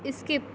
skip